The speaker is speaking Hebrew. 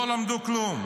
לא למדו כלום.